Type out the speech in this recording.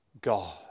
God